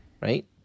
right